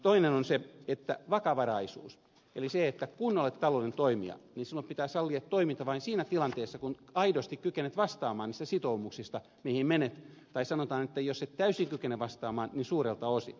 toinen on vakavaraisuus eli se että kun olet taloudellinen toimija silloin pitää sallia toiminta vain siinä tilanteessa kun aidosti kykenet vastaamaan niistä sitoumuksista mihin menet tai sanotaan että jos et täysin kykene vastaamaan niin suurelta osin